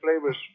flavors